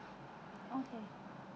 okay